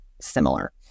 similar